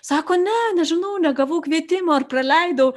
sako ne nežinau negavau kvietimo ar praleidau